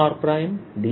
r r